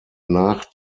nach